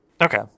Okay